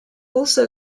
also